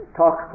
talk